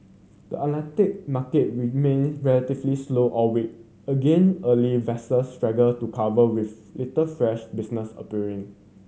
the Atlantic market remained relatively slow all week again early vessels struggled to cover with little fresh business appearing